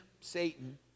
Satan